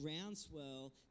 groundswell